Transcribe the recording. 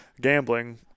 gambling